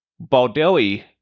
Baldelli